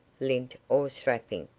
lint or strapping,